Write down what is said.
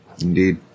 indeed